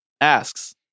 asks